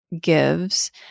gives